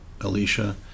Alicia